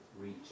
reach